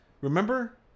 Remember